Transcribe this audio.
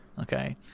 Okay